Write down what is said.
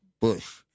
Bush